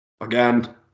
again